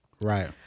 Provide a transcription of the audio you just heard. right